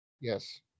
yes